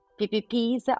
PPPs